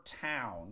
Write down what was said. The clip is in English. town